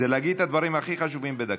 זה להגיד את הדברים הכי חשובים בדקה.